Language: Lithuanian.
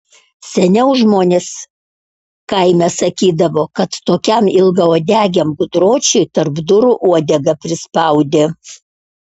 seniau žmonės kaime sakydavo kad tokiam ilgauodegiam gudročiui tarp durų uodegą prispaudė